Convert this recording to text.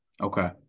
okay